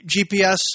GPS